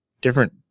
different